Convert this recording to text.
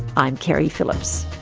i'm keri phillips